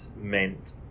meant